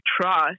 trust